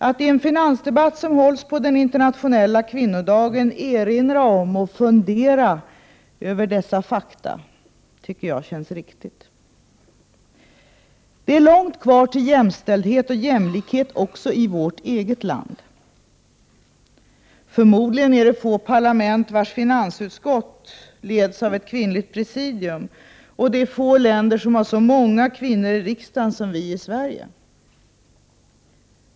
Att i en fundera över dessa fakta tycker jag känns riktigt. Det är långt kvar till jämställdhet och jämlikhet också i vårt eget land. Förmodligen är det få parlament vars finansutskott leds av ett kvinnligt presidium och det är få länder som har så många kvinnor i riksdagen som vi i Sverige.